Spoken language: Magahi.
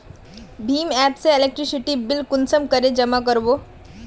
भीम एप से इलेक्ट्रिसिटी बिल कुंसम करे जमा कर बो?